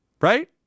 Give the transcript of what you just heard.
right